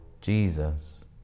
Jesus